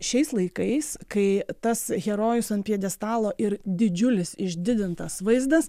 šiais laikais kai tas herojus ant pjedestalo ir didžiulis išdidintas vaizdas